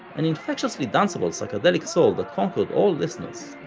an infectiously danceable psychedelic soul that conquered all listeners,